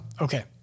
Okay